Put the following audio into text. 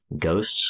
Ghosts